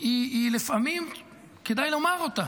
לפעמים כדאי לומר אותה.